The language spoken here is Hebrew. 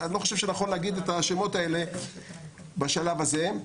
שנכון לומר את השמות האלה בשלב הזה.